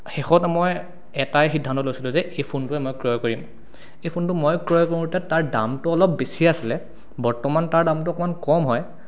শেষত মই এটাই সিদ্ধান্ত লৈছিলোঁ যে সেই ফোনটোৱেই মই ক্ৰয় কৰিম এই ফোনটো মই ক্ৰয় কৰোঁতে তাৰ দামটো অলপ বেছি আছিলে বৰ্তমান তাৰ দামটো অকণমাণ কম হয়